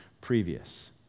previous